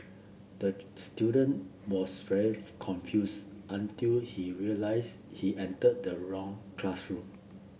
the student was very confused until he realise he entered the wrong classroom